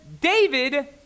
David